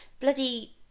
bloody